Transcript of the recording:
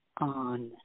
on